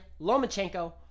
Lomachenko